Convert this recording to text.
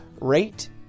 rate